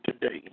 today